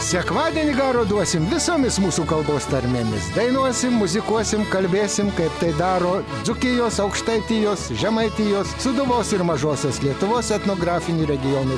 sekmadienį garo duosim visomis mūsų kalbos tarmėmis dainuosim muzikuosim kalbėsim kaip tai daro dzūkijos aukštaitijos žemaitijos sūduvos ir mažosios lietuvos etnografinių regionų